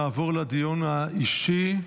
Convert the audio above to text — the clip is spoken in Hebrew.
נעבור לדיון האישי.